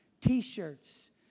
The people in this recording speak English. T-shirts